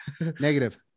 Negative